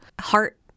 heart